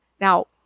Now